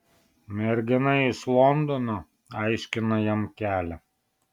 mergina iš londono aiškina jam kelią